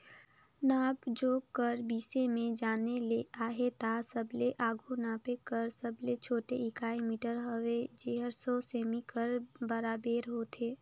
नाप जोख कर बिसे में जाने ले अहे ता सबले आघु नापे कर सबले छोटे इकाई मीटर हवे जेहर सौ सेमी कर बराबेर होथे